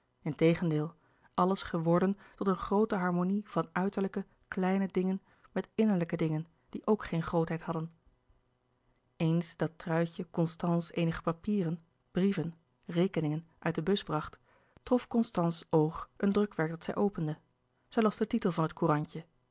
integendeel alles geworden tot een groote harmonie van uiterlijke kleine dingen met innerlijke dingen die ook geen grootheid hadden eens dat truitje constance eenige papieren brieven rekeningen uit de bus bracht louis couperus de boeken der kleine zielen trof constance's oog een drukwerk dat zij opende zij las den titel van het courantje